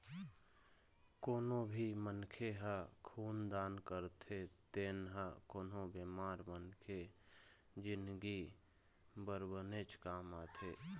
कोनो भी मनखे ह खून दान करथे तेन ह कोनो बेमार मनखे के जिनगी बर बनेच काम आथे